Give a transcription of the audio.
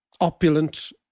opulent